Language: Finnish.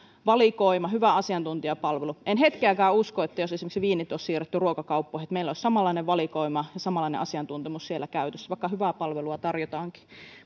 valikoima hyvä asiantuntijapalvelu en hetkeäkään usko että jos esimerkiksi viinit olisi siirretty ruokakauppoihin meillä olisi samanlainen valikoima ja samanlainen asiantuntemus siellä käytössä vaikka hyvää palvelua tarjotaankin